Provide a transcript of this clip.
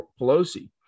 Pelosi